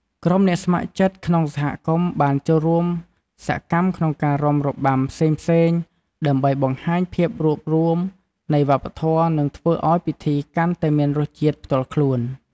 ក្រុមអ្នកស្ម័គ្រចិត្តក្នុងសហគមន៍បានចូលរួមសកម្មក្នុងការរាំរបាំផ្សេងៗ ដើម្បីបង្ហាញភាពរួបរួមនៃវប្បធម៌ និងធ្វើឲ្យពិធីកាន់តែមានរសជាតិផ្ទាល់ខ្លួន។